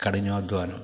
കഠിനാധ്വാനം